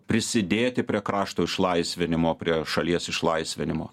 prisidėti prie krašto išlaisvinimo prie šalies išlaisvinimo